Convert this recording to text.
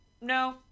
no